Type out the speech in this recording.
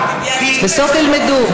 בסוף ילמדו.